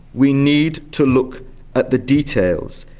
we need to look at the details.